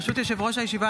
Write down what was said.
ברשות יושב-ראש הישיבה,